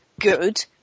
Good